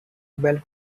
belt